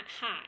high